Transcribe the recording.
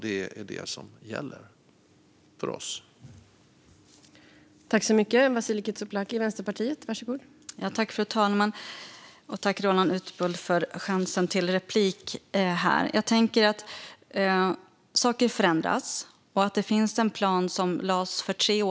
Det är detta som gäller för oss.